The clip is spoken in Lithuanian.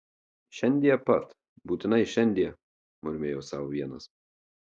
šiandie pat būtinai šiandie murmėjo sau vienas